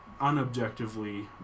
unobjectively